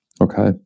Okay